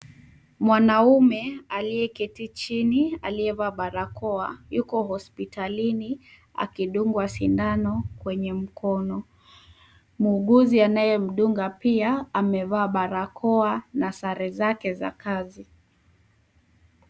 Mwanaume aliyeketi chini aliyeketi chini, aliyevaa barakoa yuko hospitalini akidungwa sindano kwenye mkono. Muuguzi anayemdunga pia, amevaa barakoa na sare zake za kazi.